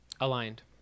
aligned